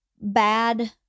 bad